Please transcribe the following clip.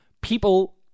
people